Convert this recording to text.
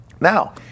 Now